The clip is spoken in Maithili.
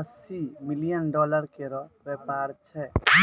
अस्सी मिलियन डॉलर केरो व्यापार छै